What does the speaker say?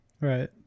Right